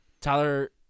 Tyler